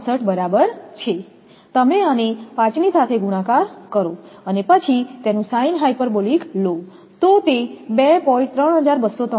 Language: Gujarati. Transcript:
3162 બરાબર છે તમે આને 5ની સાથે ગુણાકાર કરો અને પછી તેનું સાઇન હાયપરબોલિક લો તો તે 2